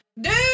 Dude